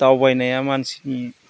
दावबायनाया मानसिनि